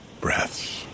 breaths